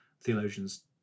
theologians